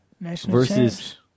versus